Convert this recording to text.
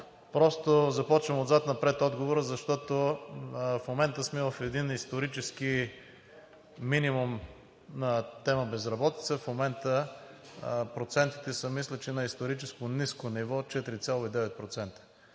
труда. Започвам отзад напред отговора, защото в момента сме в един исторически минимум на тема безработица. Мисля, че процентите са на исторически ниско ниво – 4,9%,